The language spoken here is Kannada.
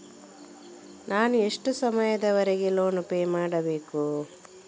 ನಾನು ಎಷ್ಟು ಸಮಯದವರೆಗೆ ಲೋನ್ ಪೇ ಮಾಡಬೇಕು?